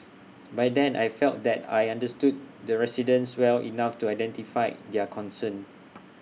by then I felt that I understood the residents well enough to identify their concerns